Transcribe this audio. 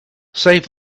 save